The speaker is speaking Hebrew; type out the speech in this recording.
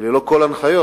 וללא כל הנחיות.